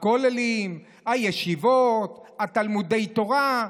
הכוללים, הישיבות, תלמודי התורה.